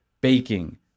baking